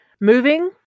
moving